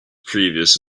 previous